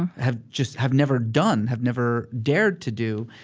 and have just have never done, have never dared to do,